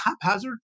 haphazard